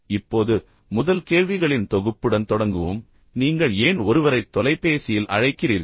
இப்போது முதல் கேள்விகளின் தொகுப்புடன் தொடங்குவோம் நீங்கள் ஏன் ஒருவரை தொலைபேசியில் அழைக்கிறீர்கள்